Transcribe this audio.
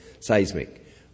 seismic